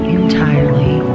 entirely